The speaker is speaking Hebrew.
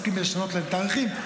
עסוקים בלשנות להם תאריכים.